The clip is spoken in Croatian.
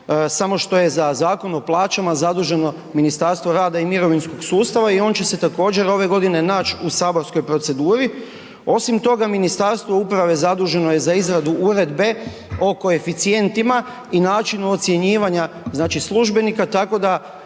samo što je za Zakon o plaćama zaduženo ministarstvo rada i mirovinskog sustava i on će se također ove godine naći u saborskoj proceduri. Osim toga Ministarstvo uprave zaduženo je za izradu Uredbe o koeficijentima i načinu ocjenjivanja znači službenika tako da